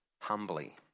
humbly